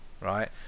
right